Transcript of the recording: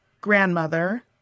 grandmother